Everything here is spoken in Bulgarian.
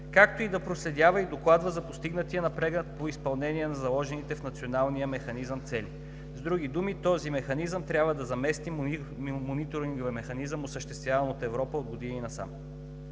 както и да проследява и докладва за постигнатия напредък по изпълнение на заложените в Националния механизъм цели. С други думи този механизъм трябва да замести мониторинговия механизъм, осъществяван от Европа от години насам.